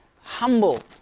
humble